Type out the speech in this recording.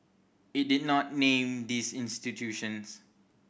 it did not name these institutions